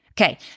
Okay